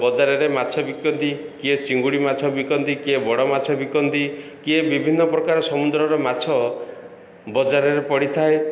ବଜାରରେ ମାଛ ବିକନ୍ତି କିଏ ଚିଙ୍ଗୁଡ଼ି ମାଛ ବିକନ୍ତି କିଏ ବଡ଼ ମାଛ ବିକନ୍ତି କିଏ ବିଭିନ୍ନ ପ୍ରକାର ସମୁଦ୍ରର ମାଛ ବଜାରରେ ପଡ଼ିଥାଏ